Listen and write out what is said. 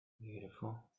beautiful